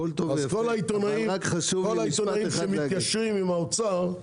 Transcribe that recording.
כל העיתונאים שמתיישרים עם האוצר,